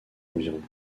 environ